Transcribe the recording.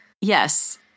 Yes